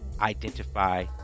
identify